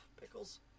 pickles